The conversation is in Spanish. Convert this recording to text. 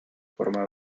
forma